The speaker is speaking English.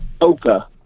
Oka